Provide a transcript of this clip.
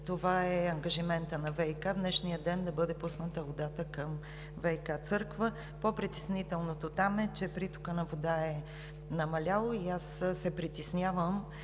водата. Ангажиментът на ВиК е в днешния ден да бъде пусната водата към кв. „Църква“. По притеснителното там е, че притокът на вода е намалял и аз се притеснявам